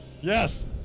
Yes